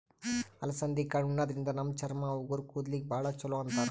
ಅಲಸಂದಿ ಕಾಳ್ ಉಣಾದ್ರಿನ್ದ ನಮ್ ಚರ್ಮ, ಉಗುರ್, ಕೂದಲಿಗ್ ಭಾಳ್ ಛಲೋ ಅಂತಾರ್